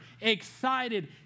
excited